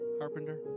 carpenter